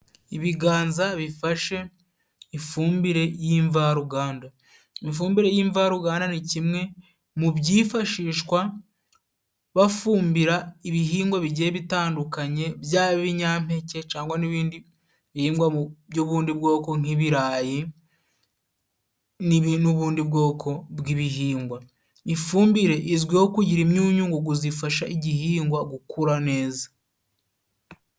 Ibiganza bifashe ifumbire y'imvaruganda. Imfumbire y'imvaruganda ni kimwe mu byifashishwa bafumbira ibihingwa bigiye bitandukanye, byaba ibinyampeke cangwa n'ibindi bihingwa by'ubundi bwoko nk'ibirayi n'ubundi bwoko bw'ibihingwa. Ifumbire izwiho kugira imyunyu ngugu zifasha igihingwa gukura neza.